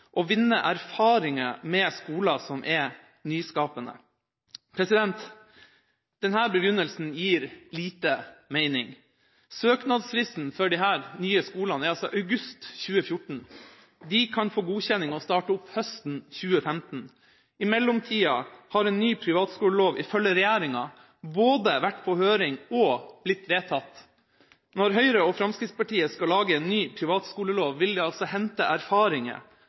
å vinne erfaringer med skoler som er nyskapende. Denne begrunnelsen gir lite mening. Søknadsfristen for disse nye skolene er august 2014. De kan få godkjenning og starte opp høsten 2015. I mellomtida har en ny privatskolelov ifølge regjeringa både vært på høring og blitt vedtatt. Når Høyre og Fremskrittspartiet skal lage en ny privatskolelov, vil de altså hente erfaringer